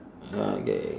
ya K can